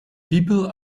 people